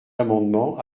amendements